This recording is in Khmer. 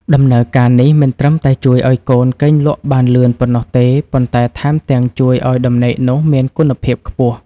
ដំណើរការនេះមិនត្រឹមតែជួយឱ្យកូនគេងលក់បានលឿនប៉ុណ្ណោះទេ ប៉ុន្តែថែមទាំងជួយឱ្យដំណេកនោះមានគុណភាពខ្ពស់